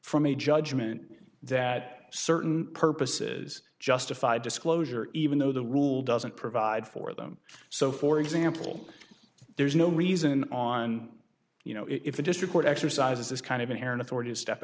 from a judgment that certain purposes justified disclosure even though the rule doesn't provide for them so for example there's no reason on you know if i just report exercises this kind of inherent authority is step